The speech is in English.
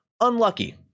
unlucky